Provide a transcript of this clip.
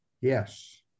Yes